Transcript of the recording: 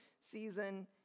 season